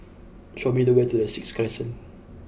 show me the way to the Sixth Crescent